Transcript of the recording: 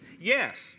Yes